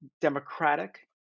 democratic